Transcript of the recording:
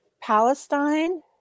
palestine